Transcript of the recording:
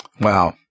Wow